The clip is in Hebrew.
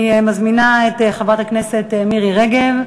אני מזמינה את חברת הכנסת מירי רגב,